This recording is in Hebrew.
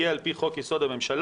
יהיו על פי חוק-יסוד: הממשלה,